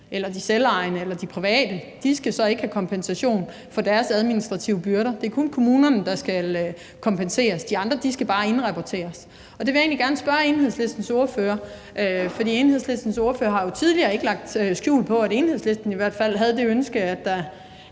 eller de selvejende eller de private. De skal så ikke have kompensation for deres administrative byrder; det er kun kommunerne, der skal kompenseres. De andre skal bare indrapporteres. Jeg vil egentlig gerne spørge Enhedslistens ordfører – for Enhedslistens ordfører har jo tidligere ikke lagt skjul på, at Enhedslisten i hvert fald havde det ønske, at der